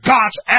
God's